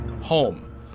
home